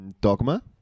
dogma